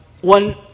One